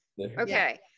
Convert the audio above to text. Okay